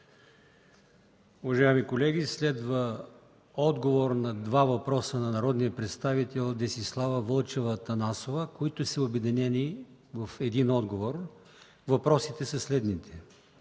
Уважаеми колеги, следва отговор на два въпроса от народния представител Десислава Вълчева Атанасова, които са обединени в един отговор. Въпросите са следните: